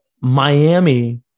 Miami